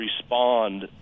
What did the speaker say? respond